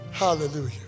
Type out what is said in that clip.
Hallelujah